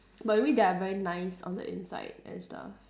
but maybe they are very nice on the inside and stuff